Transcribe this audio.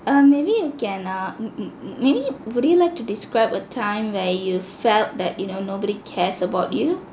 err maybe you can err m~ m~ maybe would you like to describe a time where you felt that you know nobody cares about you